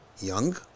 young